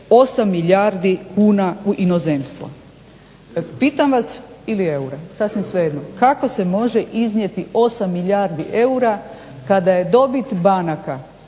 8 milijardi kuna u inozemstvo. Pitam vas ili eura sasvim svejedno, kako se može iznijeti 8 milijardi eura kada je dobit banaka